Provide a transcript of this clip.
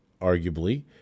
arguably